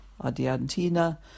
Adiantina